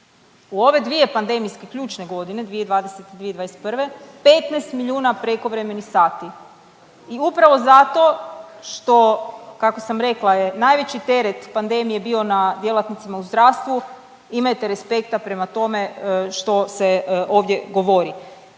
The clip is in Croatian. U ove dvije pandemijske ključne godine, 2020., 2021. 15 milijuna prekovremenih sati. I upravo zato što kako sam rekla najveći teret pandemije bio na djelatnicima u zdravstvu, imajte respekta prema tome što se ovdje govori.